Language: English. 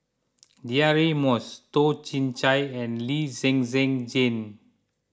Deirdre Moss Toh Chin Chye and Lee Zhen Zhen Jane